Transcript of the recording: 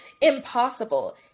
impossible